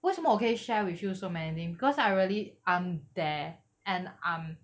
为什么我可以 share with you so many thing because I really I'm there and I'm